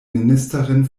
ministerin